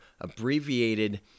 abbreviated